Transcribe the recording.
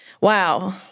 Wow